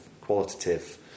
qualitative